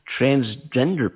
transgender